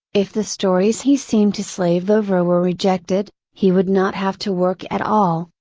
if the stories he seemed to slave over were rejected, he would not have to work at all,